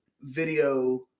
video